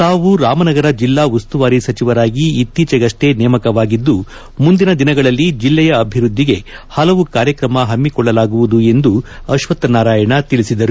ತಾವು ರಾಮನಗರ ಜಿಲ್ಲಾ ಉಸ್ತುವಾರಿ ಸಚಿವರಾಗಿ ಇತ್ತೀಚೆಗಷ್ಟೇ ನೇಮಕವಾಗಿದ್ದು ಮುಂದಿನ ದಿನಗಳಲ್ಲಿ ಜಿಲ್ಲೆಯ ಅಭಿವೃದ್ಧಿಗೆ ಹಲವು ಕಾರ್ಯಕ್ರಮ ಹಮ್ಮಿಕೊಳ್ಳಲಾಗುವುದು ಎಂದು ಅಶ್ವತ್ಥ ನಾರಾಯಣ ಹೇಳಿದರು